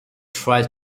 tries